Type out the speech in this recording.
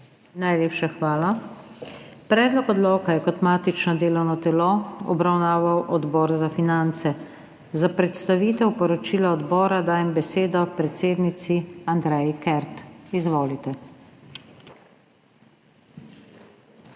Najlepša hvala. Predlog odloka je kot matično delovno telo obravnaval Odbor za finance. Za predstavitev poročila odbora dajem besedo predsednici Andreji Kert. Izvolite.